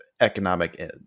economic